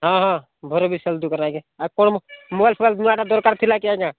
ହଁ ହଁ ଭୈରବ ବିଶ୍ୱାଳ ଦୋକାନ ଆଜ୍ଞା ଆଉ କଣ ମୋବାଇଲ୍ ଫୋବାଇଲ୍ ନୂଆଟା ଦରକାର ଥିଲା କି ଆଜ୍ଞା